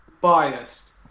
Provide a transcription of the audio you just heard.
Biased